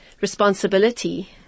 responsibility